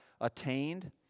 attained